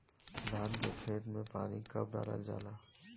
धान के खेत मे पानी कब डालल जा ला?